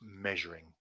measuring